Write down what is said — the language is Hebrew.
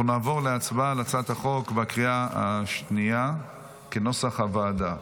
אנחנו נעבור להצבעה על הצעת החוק בקריאה השנייה כנוסח הוועדה.